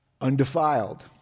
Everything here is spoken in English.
undefiled